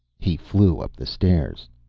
he flew up the stairs.